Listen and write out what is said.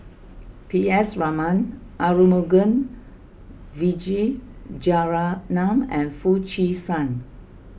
P S Raman Arumugam Vijiaratnam and Foo Chee San